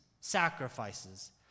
sacrifices